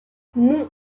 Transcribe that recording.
non